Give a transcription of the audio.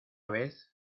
vez